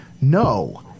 no